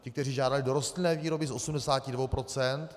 Ti, kteří žádali do rostlinné výroby, z 82 %.